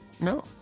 No